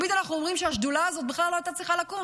תמיד אנחנו אומרים שהשדולה הזאת בכלל לא הייתה צריכה לקום.